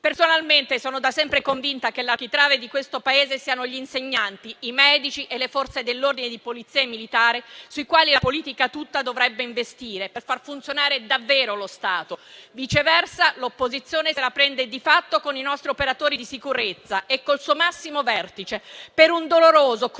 Personalmente, sono da sempre convinta che l'architrave di questo Paese siano gli insegnanti, i medici e le Forze dell'ordine di polizia militare sui quali la politica tutta dovrebbe investire per far funzionare davvero lo Stato. Viceversa, l'opposizione se la prende di fatto con i nostri operatori di sicurezza e con il loro massimo vertice, per un doloroso e crudele